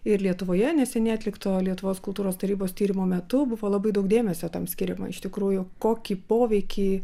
ir lietuvoje neseniai atlikto lietuvos kultūros tarybos tyrimo metu buvo labai daug dėmesio tam skiriama iš tikrųjų kokį poveikį